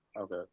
okay